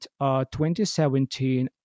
2017